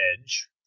edge